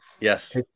Yes